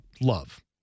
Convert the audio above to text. love